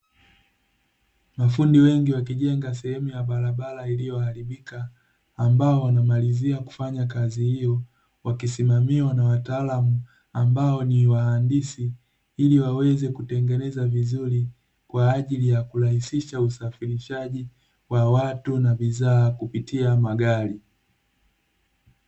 Mafundi wengi wakijenga sehemu ya barabara iliyoharibika ambao wanamalizia kufanya kazi hiyo, wakisimamiwa na wataalamu ambao ni wahandisi ili waweze kutengeneza vizuri kwa ajili ya kurahisisha usafirishaji wa watu na bidhaa kupitia magari.